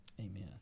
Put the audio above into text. Amen